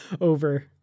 over